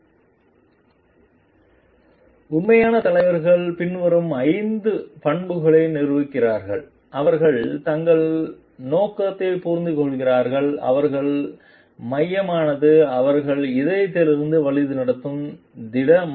slide நேரம் 3211 பார்க்கவும் உண்மையான தலைவர்கள் பின்வரும் ஐந்து பண்புகளை நிரூபிக்கிறார்கள் அவர்கள் தங்கள் நோக்கத்தை புரிந்துகொள்கிறார்கள் அவர்களின் மையமானது அவர்கள் இதயத்திலிருந்து வழிநடத்தும் திட மதிப்புகளை அடிப்படையாகக் கொண்டது